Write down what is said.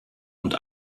und